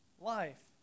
life